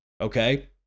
okay